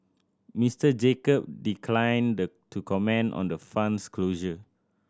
Mister Jacob declined to comment on the fund's closure